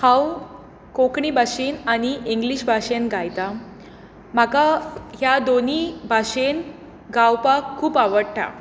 हांव कोंकणी भाशेन आनी इंग्लीश भाशेन गायता म्हाका ह्या दोनीय भाशेन गावपाक खूब आवडटा